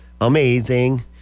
amazing